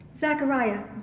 Zachariah